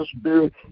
spirit